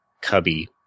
cubby